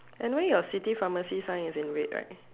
anyway your city pharmacy sign is in red right